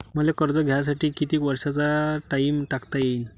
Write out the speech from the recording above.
मले कर्ज घ्यासाठी कितीक वर्षाचा टाइम टाकता येईन?